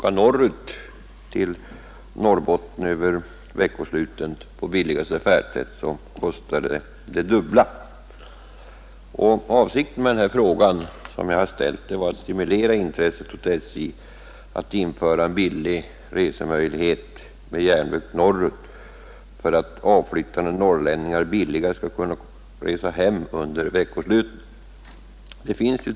Avsikten med min fråga var att stimulera intresset hos SJ att införa en billig resemöjlighet med järnväg norrut för att avflyttande norrlänningar skall kunna resa hem till lägre kostnad under veckosluten.